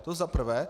To za prvé.